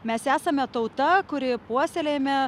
mes esame tauta kuri puoselėjame